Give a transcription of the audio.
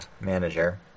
manager